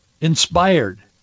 inspired